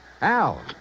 Al